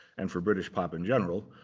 and for british pop in general,